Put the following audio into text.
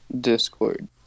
Discord